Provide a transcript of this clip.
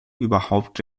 überhaupt